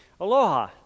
Aloha